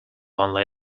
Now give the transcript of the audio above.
only